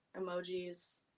emojis